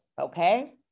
Okay